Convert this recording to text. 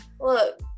Look